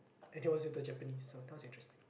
and it was with the Japanese so that was interesting